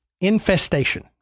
infestation